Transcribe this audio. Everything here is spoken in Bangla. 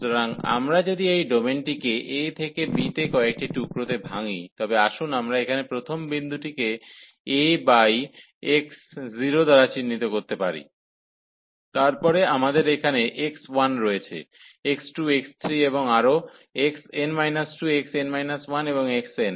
সুতরাং আমরা যদি এই ডোমেনটিকে a থেকে b তে কয়েকটি টুকরোতে ভাঙি তবে আসুন আমরা এখানে প্রথম বিন্দুটিকে a বাই x0 দ্বারা চিহ্নিত করতে পারি তারপরে আমাদের এখানে x1 রয়েছে x2 x3 এবং আরও xn 2 xn 1 এবং xn